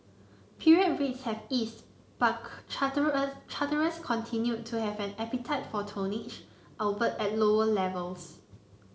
period rates have eased but charterers continued to have an appetite for tonnage albeit at lower levels